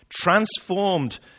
transformed